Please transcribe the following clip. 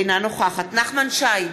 אינה נוכחת נחמן שי,